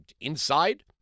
inside